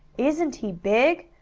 isn't he big!